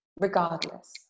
regardless